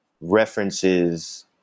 references